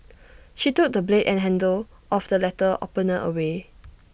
she threw the blade and handle of the letter opener away